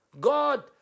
God